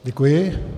Děkuji.